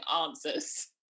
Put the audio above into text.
answers